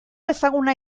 ezaguna